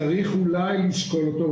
צריך אולי לשקול אותו,